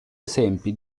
esempi